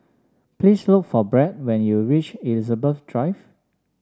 please look for Brett when you reach Elizabeth Drive